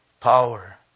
Power